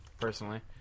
Personally